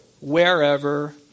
wherever